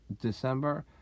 December